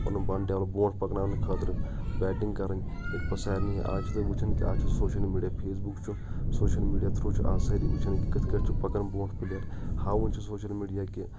پَنُن پان ڈؠولَپ بُرونٛٹھ پَکناونہٕ خٲطرٕ بیٹِنٛگ کَرٕنۍ یتھ پٲٹھۍ سارنی اَز چھُو تُہۍ وُچھان کہِ اَز چھِ سوشَل مِیڈیا فیس بُک چھُ سوشَل میٖڈیا تُھرو چھِ اَز سٲرِی وُچھان کہِ کِتھ کنۍ چھِ پکان برُونٛٹھ پٕلیر ہاوان چھِ سوشَل میٖڈیا کہِ